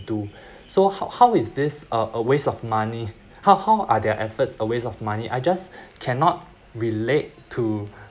do so how how is this a a waste of money how how are their efforts a waste of money I just cannot relate to